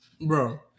Bro